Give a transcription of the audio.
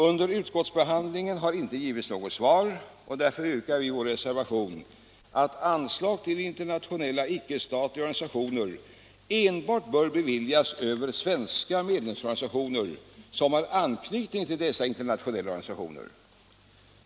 Under utskottsbehandlingen har det inte givits något svar, och därför yrkar vi i vår reservation att anslag till internationella icke-statliga organisationer enbart bör beviljas över svenska medlemsorganisationer som har anknytning till dessa internationella organisationer.